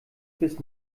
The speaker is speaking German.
bis